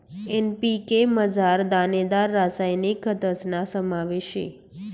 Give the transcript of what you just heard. NPK मझार दानेदार रासायनिक खतस्ना समावेश शे